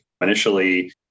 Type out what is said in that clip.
Initially